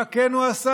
מה הוא כן עשה?